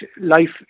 life